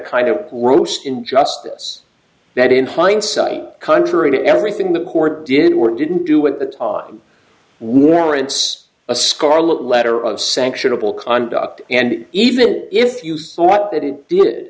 kind of roast in justice that in hindsight contrary to everything the court did or didn't do it that warrants a scarlet letter of sanctionable conduct and even if you sought that it did